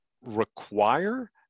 require